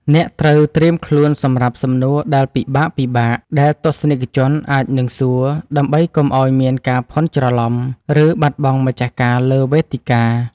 អ្នកត្រូវត្រៀមខ្លួនសម្រាប់សំណួរដែលពិបាកៗ ដែលទស្សនិកជនអាចនឹងសួរ ដើម្បីកុំឱ្យមានការភាន់ច្រឡំ ឬបាត់បង់ម្ចាស់ការលើវេទិកា។